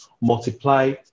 multiply